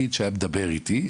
שמדבר איתי,